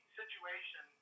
situation